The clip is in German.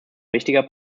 wichtiger